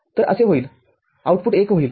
तर असे होईल आउटपुट १ होईल